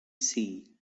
see